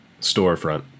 storefront